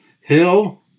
Hill